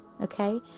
okay